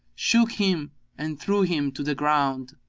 shook him and threw him to the ground.